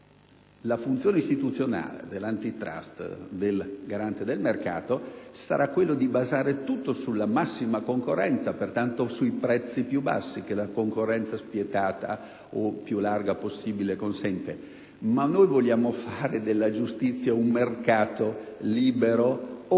la funzione istituzionale dell'*Antitrust*, del garante del mercato, è quella di basare tutto sulla massima concorrenza, pertanto sui prezzi più bassi che la concorrenza spietata o più larga possibile consente: ma noi vogliamo fare della giustizia un mercato libero? Mi